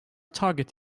target